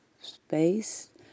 space